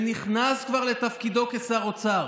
שנכנס כבר לתפקידו כשר האוצר